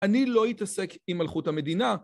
אני לא אתעסק עם מלכות המדינה